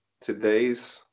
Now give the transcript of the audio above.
today's